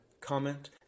comment